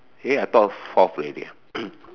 eh I thought fourth already ah